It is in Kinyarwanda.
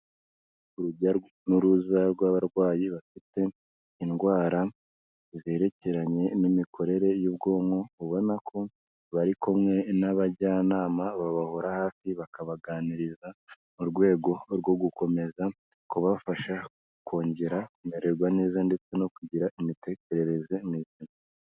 urujya n'uruza rw'abarwayi bafite indwara zerekeranye n'imikorere y'ubwonko ubona ko bari kumwe n'abajyanama babahora hafi bakabaganiriza mu rwego rwo gukomeza kubafasha kongera kumererwa neza ndetse no kugira imitekerereze mizima.